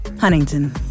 Huntington